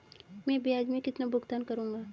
मैं ब्याज में कितना भुगतान करूंगा?